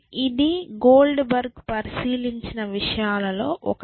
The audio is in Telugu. ఇది గోల్డ్బెర్గ్ పరిశీలించిన విషయాలలో ఒకటి